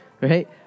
right